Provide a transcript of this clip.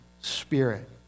Spirit